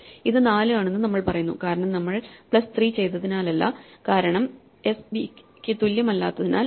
ഇത് 4 ആണെന്ന് നമ്മൾ പറയുന്നു കാരണം നമ്മൾ പ്ലസ് 3 ചെയ്തതിനാലല്ല കാരണം sb ക്ക് തുല്യമല്ലാത്തതിനാൽ അല്ല